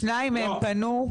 שתיים מהן פנו,